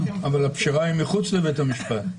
הפשרה היא מחוץ לבית המשפט.